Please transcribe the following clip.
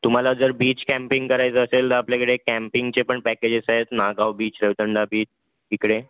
तुम्हाला जर beach camping करायचं असेल तर आपल्याकडे कॅम्पिंगचे पण पॅकेजेस आहेत नागाव बीच रेवदंडा बीच इकडे